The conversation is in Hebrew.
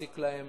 מציק להם